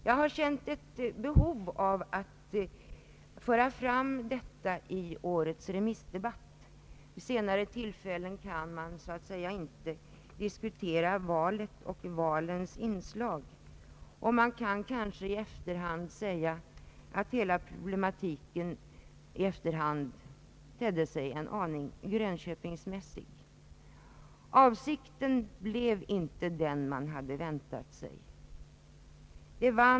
Jag har känt ett behov att föra fram detta i årets remissdebatt. Vid senare tillfällen kan man så att säga inte diskutera valet och inslagen däri. Man kan kanske i efterhand säga att hela problematiken tedde sig en aning Grönköpingsmässig. Resultatet blev inte det man hade väntat sig.